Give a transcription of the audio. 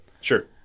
Sure